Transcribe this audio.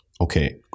okay